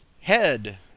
Head